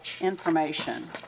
information